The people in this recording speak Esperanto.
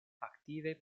aktive